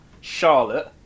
Charlotte